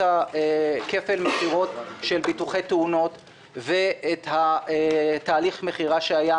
הכפל מכירות של ביטוחי תאונות ואת תהליך המכירה שהיה.